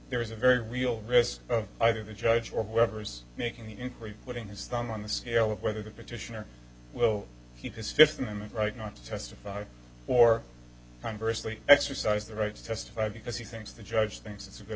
there is a very real risk of either the judge or whoever's making the inquiry putting his thumb on the scale of whether the petitioner will keep his fifth amendment right not to testify or conversely exercise the right to testify because he thinks the judge thinks it's a good